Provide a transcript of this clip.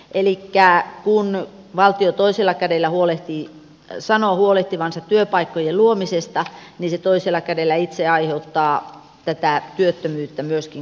elikkä kun valtio toisella kädellä sanoo huolehtivansa työpaikkojen luomisesta niin se toisella kädellä itse aiheuttaa tätä työttömyyttä myöskin koulutussektorilla